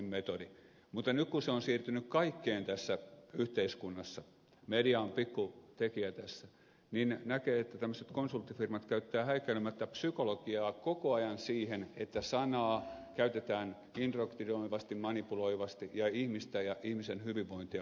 mutta nyt kun se on siirtynyt kaikkeen tässä yhteiskunnassa media on pikkutekijä tässä niin näkee että tämmöiset konsulttifirmat käyttävät häikäilemättä psykologiaa koko ajan siihen että sanaa käytetään indoktrinoivasti manipuloivasti ja ihmistä ja ihmisen hyvinvointia vastaan